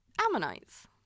ammonites